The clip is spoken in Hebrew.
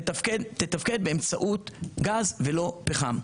תתפקד באמצעות גז ולא פחם.